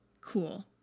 Cool